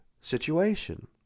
situation